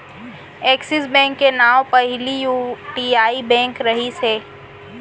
axis bank के नांव पहिली यूटीआई बेंक रहिस हे